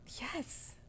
Yes